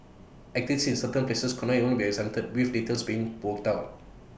activities in certain places could even be exempt with details being worked out